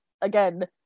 again